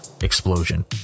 explosion